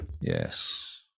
Yes